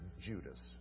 Judas